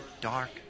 dark